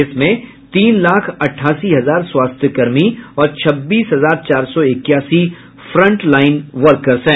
इसमें तीन लाख अठासी हजार स्वास्थ्य कर्मी और छब्बीस हजार चार सौ इक्यासी फ्रंट लाईन वर्कर्स हैं